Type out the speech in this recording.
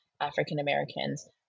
African-Americans